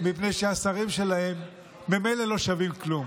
מפני שהשרים שלהם ממילא לא שווים כלום,